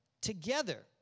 Together